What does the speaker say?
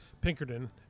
pinkerton